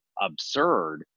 absurd